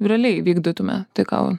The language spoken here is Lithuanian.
realiai įvykdytume tai ką